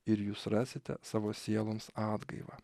ir jūs rasite savo sieloms atgaivą